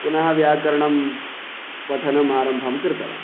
पुनः व्याकरणं पठनमारम्भं कृतवान्